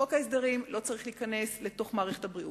חוק ההסדרים לא צריך להיכנס לתוך מערכת הבריאות.